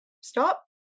stop